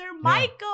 michael